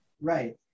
Right